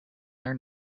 their